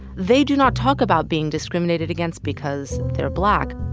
they do not talk about being discriminated against because they're black